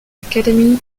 academy